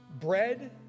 Bread